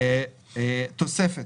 התוספת